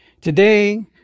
Today